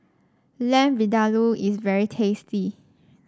Lamb Vindaloo is very tasty